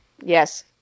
yes